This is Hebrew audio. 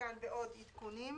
עודכן בעוד עדכונים,